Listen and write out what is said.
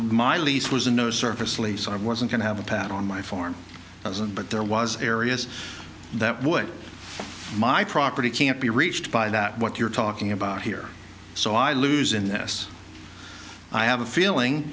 my lease was a no service lease i wasn't going to have a pat on my form as and but there was areas that would my property can't be reached by that what you're talking about here so i lose in this i have a feeling